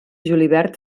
julivert